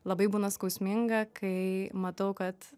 labai būna skausminga kai matau kad